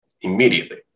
Immediately